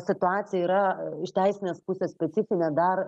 situacija yra iš teisinės pusės specifinė dar